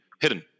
hidden